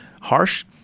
harsh